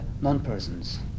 non-persons